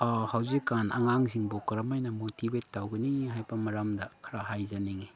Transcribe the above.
ꯍꯧꯖꯤꯛꯀꯥꯟ ꯑꯉꯥꯡꯁꯤꯡꯕꯨ ꯀꯔꯝ ꯍꯥꯏꯅ ꯃꯣꯇꯤꯚꯦꯠ ꯇꯧꯒꯅꯤ ꯍꯥꯏꯕ ꯃꯔꯝꯗ ꯈꯔ ꯍꯥꯏꯖꯅꯤꯡꯉꯤ